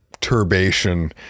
turbation